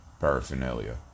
paraphernalia